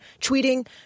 tweeting